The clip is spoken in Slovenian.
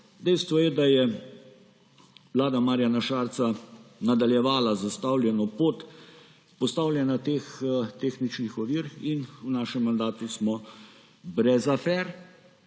dejstvo je, da je vlada Marjana Šarca nadaljevala zastavljeno pot postavljanja teh tehničnih ovir; in v našem mandatu smo brez afer,